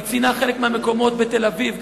היא ציינה חלק מהמקומות האלה בתל-אביב,